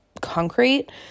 concrete